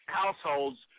households